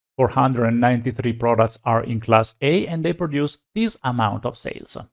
four hundred and ninety three products are in class a and they produce this amount of sales.